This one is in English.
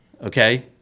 okay